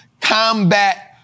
combat